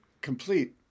complete